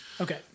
Okay